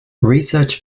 research